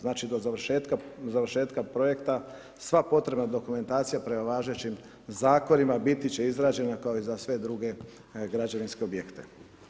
Znači, do završetka projekta sva potrebna dokumentacija prema važećim zakonima biti će izrađena kao i za sve druge građevinske objekte.